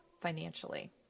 financially